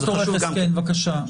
ד"ר רכס, שנייה.